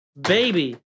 baby